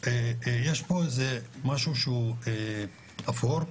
יש פה איזה משהו שהוא אפור,